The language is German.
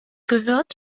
gehört